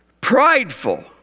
prideful